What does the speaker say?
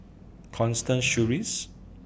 Constance Sheares